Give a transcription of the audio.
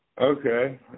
Okay